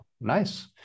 Nice